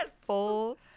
full